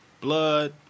Blood